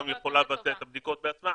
גם יכולה לבצע את הבדיקות בעצמה.